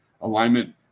alignment